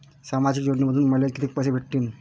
सामाजिक योजनेमंधून मले कितीक पैसे भेटतीनं?